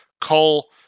Cole